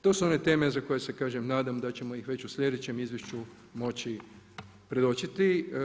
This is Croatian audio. To su one teme za koje se kažem nadam da ćemo ih već u sljedećem izvješću moći predočiti.